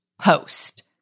Post